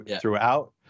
throughout